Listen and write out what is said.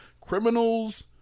criminals